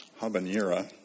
habanera